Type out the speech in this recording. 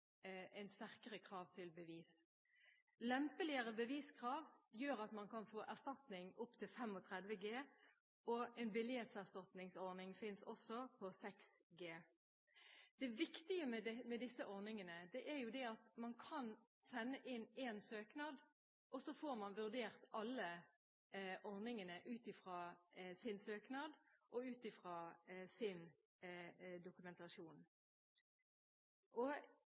sterkere krav til bevis. Lempeligere beviskrav gjør at man kan få erstatning opp til 35 G, og en billighetserstatningsordning på 6 G finnes også. Det viktige med disse ordningene er at man kan sende inn én søknad og få den vurdert opp mot alle ordningene – ut fra søknad og